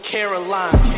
Caroline